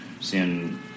seeing